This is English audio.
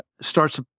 starts